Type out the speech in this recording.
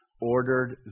ordered